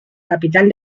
capital